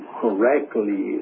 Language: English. correctly